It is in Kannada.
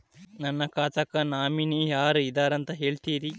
ನನ್ನ ಖಾತಾಕ್ಕ ನಾಮಿನಿ ಯಾರ ಇದಾರಂತ ಹೇಳತಿರಿ?